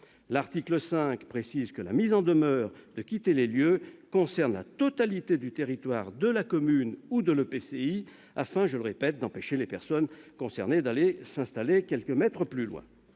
L'article 5 précise que la mise en demeure de quitter les lieux concerne la totalité du territoire de la commune ou de l'EPCI, afin, je le répète, d'empêcher les personnes concernées de s'installer à quelques mètres du